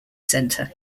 centre